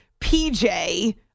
PJ